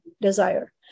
desire